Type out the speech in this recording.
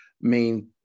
main